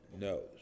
knows